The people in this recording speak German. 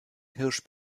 hirsch